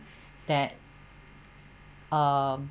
that um